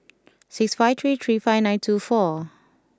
six five three three five nine two four